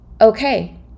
okay